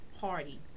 party